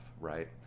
right